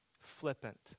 flippant